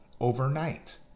overnight